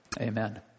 Amen